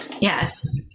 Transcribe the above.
Yes